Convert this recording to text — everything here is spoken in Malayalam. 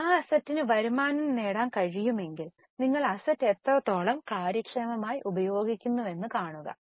ആ അസറ്റിന് വരുമാനം നേടാൻ കഴിയുമെങ്കിൽ നിങ്ങൾ അസറ്റ് എത്രത്തോളം കാര്യക്ഷമമായി ഉപയോഗിക്കുന്നുവെന്ന് കാണുക